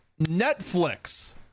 Netflix